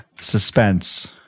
Suspense